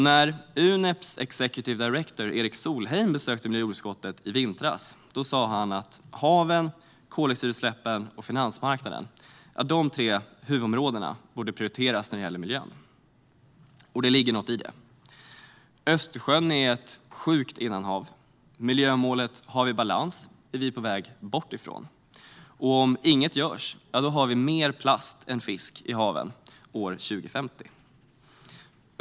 När Uneps executive director Erik Solheim besökte miljö och jordbruksutskottet i vintras sa han att de tre huvudområdena haven, koldioxidutsläppen och finansmarknaden borde prioriteras när det gäller miljön, och det ligger något i det. Östersjön är ett sjukt innanhav. Miljömålet Hav i balans är vi på väg bort ifrån, och om inget görs har vi mer plast än fisk i haven år 2050.